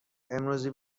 امروزه